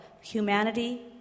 Humanity